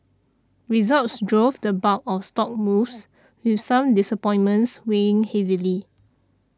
results drove the bulk of stock moves with some disappointments weighing heavily